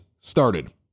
started